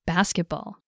Basketball